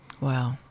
Wow